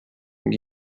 ning